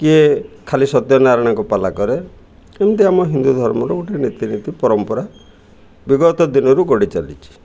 କିଏ ଖାଲି ସତ୍ୟନାରାୟଣଙ୍କ ପାଲା କରେ ଏମିତି ଆମ ହିନ୍ଦୁ ଧର୍ମର ଗୋଟେ ରୀତିନୀତି ପରମ୍ପରା ବିଗତ ଦିନରୁ ଗଡ଼ି ଚାଲିଛି